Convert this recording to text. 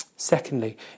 Secondly